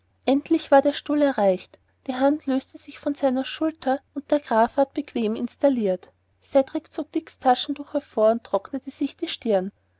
endlich war der stuhl erreicht die hand löste sich von seiner schulter und der graf ward bequem installiert cedrik zog dicks taschentuch hervor und trocknete sich die stirn